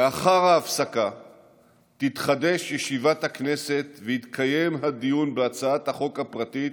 לאחר ההפסקה תתחדש ישיבת הכנסת ויתקיים הדיון בהצעת החוק הפרטית,